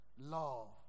Love